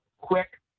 quick